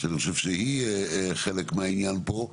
שאני חושב שהיא חלק מהעניין פה.